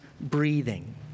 breathing